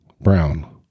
Brown